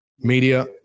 Media